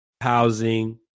housing